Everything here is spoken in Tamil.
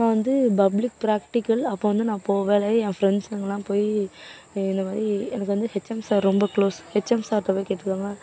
நான் வந்து பப்ளிக் பிராக்டிக்கல் அப்போ வந்து நான் போகல்ல என் ஃப்ரெண்ட்ஸுங்களாம் போய் இந்தமாதிரி எனக்கு வந்து ஹெச்எம் சார் ரொம்ப குளோஸ் ஹெச்எம் சார்கிட்ட போய் கேட்டிருக்காங்க